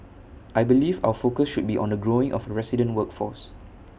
I believe our focus should be on the growing of resident workforce